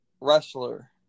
wrestler